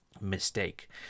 mistake